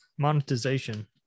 Monetization